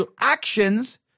actions